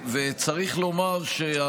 צריך לומר,